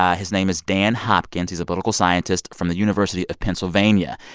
ah his name is dan hopkins. he's a political scientist from the university of pennsylvania.